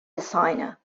designer